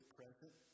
present